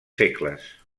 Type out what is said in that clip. segles